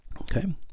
okay